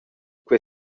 quei